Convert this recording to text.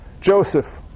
Joseph